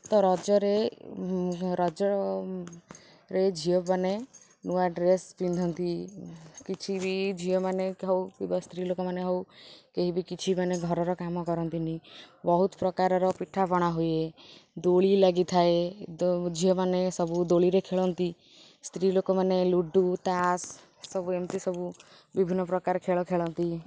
ତ ରଜରେ ରଜରେ ଝିଅମାନେ ନୂଆ ଡ୍ରେସ୍ ପିନ୍ଧନ୍ତି କିଛି ବି ଝିଅମାନେ ହେଉ କିମ୍ବା ସ୍ତ୍ରୀଲୋକମାନେ ହେଉ କେହି ବି କିଛି ମାନେ ଘରର କାମ କରନ୍ତିନି ବହୁତ ପ୍ରକାରର ପିଠାପଣା ହୁଏ ଦୋଳି ଲାଗିଥାଏ ଝିଅମାନେ ସବୁ ଦୋଳିରେ ଖେଳନ୍ତି ସ୍ତ୍ରୀ ଲୋକମାନେ ଲୁଡ଼ୁ ତାସ୍ ସବୁ ଏମିତି ସବୁ ବିଭିନ୍ନପ୍ରକାର ଖେଳ ଖେଳନ୍ତି